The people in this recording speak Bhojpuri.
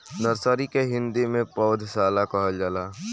नर्सरी के हिंदी में पौधशाला कहल जाला